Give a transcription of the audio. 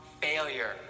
failure